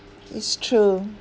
it's true